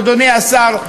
אדוני השר,